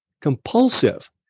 compulsive